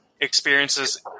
experiences